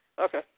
Okay